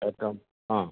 okay ആഹ്